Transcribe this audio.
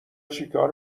چیکار